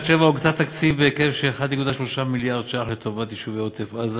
הוקצה תקציב בהיקף של 1.3 מיליארד שקל לטובת יישובי עוטף-עזה,